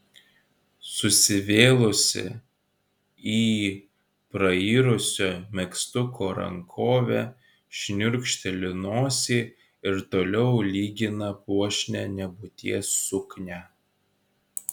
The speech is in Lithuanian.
susivėlusi į prairusio megztuko rankovę šniurkšteli nosį ir toliau lygina puošnią nebūties suknią